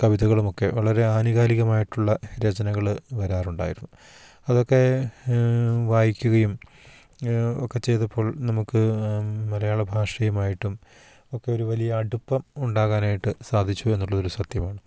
കവിതകളുമൊക്കെ വളരെ ആനുകാലികമായിട്ടുള്ള രചനകൾ വരാറുണ്ടായിരുന്നു അതൊക്കെ വായിക്കുകയും ഒക്കെ ചെയ്തപ്പോൾ നമുക്ക് മലയാള ഭാഷയുമായിട്ടും ഒക്കെ ഒരു വലിയ അടുപ്പം ഉണ്ടാകാനായിട്ട് സാധിച്ചു എന്നുള്ളത് ഒരു സത്യമാണ്